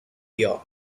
york